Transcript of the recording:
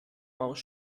maus